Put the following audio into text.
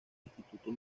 instituto